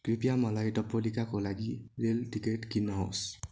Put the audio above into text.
कृपया मलाई दपोलीका लागि रेल टिकट किन्नुहोस्